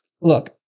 Look